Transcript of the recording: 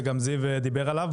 וגם זיו דיבר עליו,